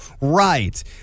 right